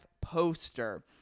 poster